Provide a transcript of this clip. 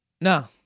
No